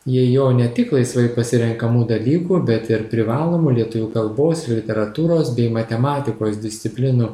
jei jo ne tik laisvai pasirenkamų dalykų bet ir privalomų lietuvių kalbos ir literatūros bei matematikos disciplinų